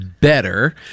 better